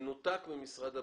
במנותק ממשרד הבריאות,